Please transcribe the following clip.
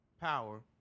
power